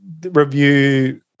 review